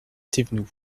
thévenoud